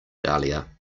dahlia